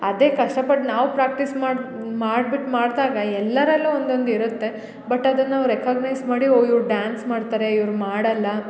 ಅದೇ ಕಷಪಟ್ಟು ನಾವು ಪ್ರಾಕ್ಟಿಸ್ ಮಾಡ್ಬಿಟ್ಟು ಮಾಡ್ದಾಗ ಎಲ್ಲರಲ್ಲು ಒಂದೊಂದು ಇರುತ್ತೆ ಬಟ್ ಅದನ್ನು ರೆಕಗ್ನೈಜ್ ಮಾಡಿ ಓ ಇವ್ರು ಡಾನ್ಸ್ ಮಾಡ್ತಾರೆ ಇವರು ಮಾಡಲ್ಲ